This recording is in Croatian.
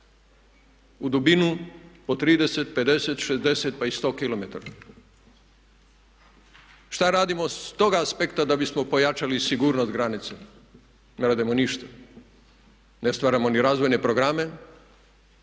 u dubinu od 30, 50, 60 pa i 100 km. Šta radimo sa tog aspekta da bismo pojačali sigurnost granice? Ne radimo ništa, ne stvaramo ni razvojne programe,